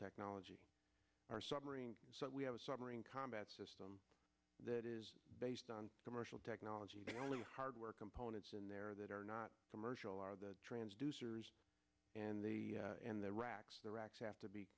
technology our submarine we have a submarine combat system that is based on commercial technology only hardware components in there that are not commercial are the transducers and the and the racks the racks have to be